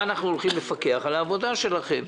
מה אנחנו הולכים לפקח על העבודה שלכם.